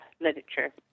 literature